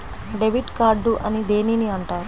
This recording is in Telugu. డెబిట్ కార్డు అని దేనిని అంటారు?